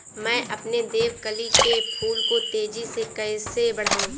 मैं अपने देवकली के फूल को तेजी से कैसे बढाऊं?